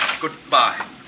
Goodbye